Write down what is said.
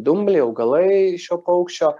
dumbliai augalai šio paukščio